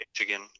Michigan